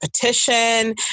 petition